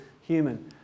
human